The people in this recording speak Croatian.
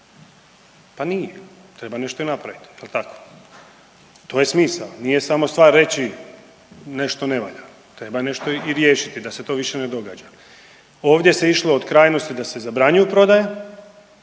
Pa nije, treba nešto i napraviti. Jel' tako? To je smisao. Nije samo stvar reći nešto ne valja, treba nešto i riješiti da se to više ne događa. Ovdje se išlo od krajnosti da se zabranjuju prodaje,